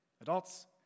adults